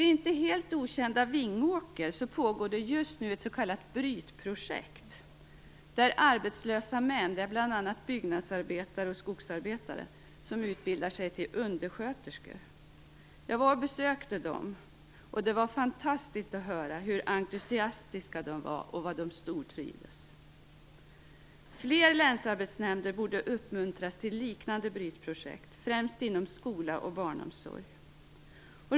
I det inte helt okända Vingåker pågår just nu ett s.k. brytprojekt, där arbetslösa män, bl.a. byggnadsarbetare och skogsarbetare, utbildar sig till undersköterskor. Jag besökte dem, och det var fantastiskt att höra hur entusiastiska de var och hur de stortrivdes. Fler länsarbetsnämnder borde uppmuntras till liknande brytprojekt, främst inom skola och barnomsorg.